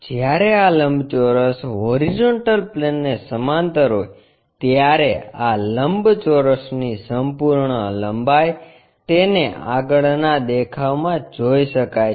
જ્યારે આ લંબચોરસ હોરીઝોન્ટલ પ્લેનને સમાંતર હોય ત્યારે આ લંબચોરસની સંપૂર્ણ લંબાઈ તેને આગળના દેખાવમાં જોઈ શકાય છે